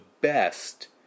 best